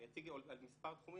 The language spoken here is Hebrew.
אני אציג על מספר תחומים.